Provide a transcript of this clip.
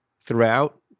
throughout